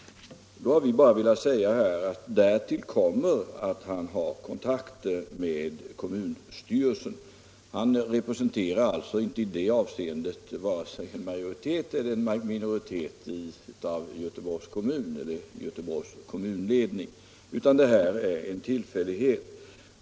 Jag ville sedan bara säga att han har kontakter med kommunstyrelsen. Han representerar alltså i det avseendet varken en majoritet eller en minoritet i Göteborgs kommunstyrelse — det är en tillfällighet.